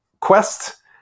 quest